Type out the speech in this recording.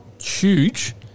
huge